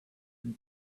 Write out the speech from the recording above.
and